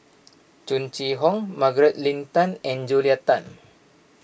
Tung Chye Hong Margaret Leng Tan and Julia Tan